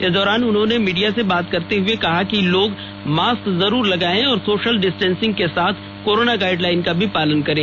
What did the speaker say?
इस दौरान उन्होंने मीडिया से बात करते हुए कहा कि लोग मास्क जरूर लगाये और सोशल डिस्टेंसिंग के साथ कोरोना गाइडलाइन का भी पालन भी करें